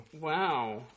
Wow